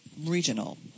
regional